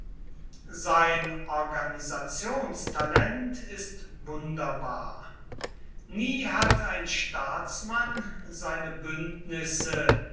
sein organisationstalent ist wunderbar nie hat ein staatsmann seine bündnisse